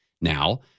Now